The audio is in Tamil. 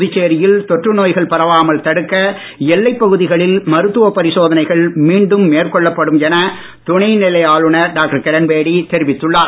புதுச்சேரியில் தொற்றுநோய்கள் பரவாமல் தடுக்க எல்லைப் பகுதிகளில் மருத்துவ பரிசோதனைகள் மீண்டும் மேற்கொள்ளப்படும் என துணைநிலை ஆளுநர் டாக்டர் கிரண்பேடி தெரிவித்துள்ளார்